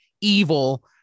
evil